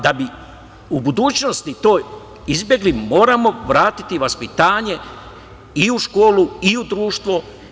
Da bi u budućnosti to izbegli moramo vratiti vaspitanje i u školu i u društvo.